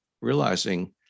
realizing